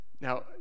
Now